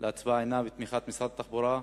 להצבעה הינה בתמיכת משרד התחבורה,